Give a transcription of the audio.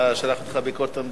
שלחנו אותך לביקורת המדינה.